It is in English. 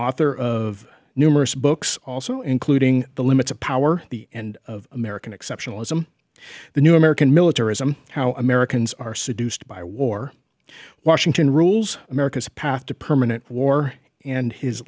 author of numerous books also including the limits of power the end of american exceptionalism the new american militarism how americans are seduced by war washington rules america's path to permanent war and his